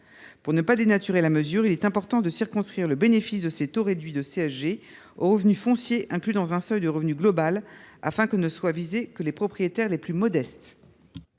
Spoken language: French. Pour ne pas dénaturer la mesure, il est important de circonscrire le bénéfice de ces taux réduits de contribution sociale généralisée (CSG) aux revenus fonciers inclus dans un seuil de revenu global, afin que ne soient visés que les propriétaires les plus modestes.